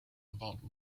about